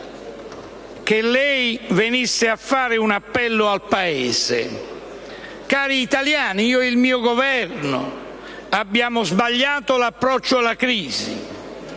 che lei venisse a fare un appello al Paese dicendo: «Cari italiani, io e il mio Governo abbiamo sbagliato l'approccio alla crisi,